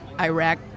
Iraq